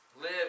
live